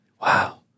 Wow